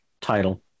title